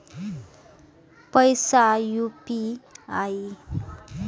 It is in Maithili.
पैसा यू.पी.आई?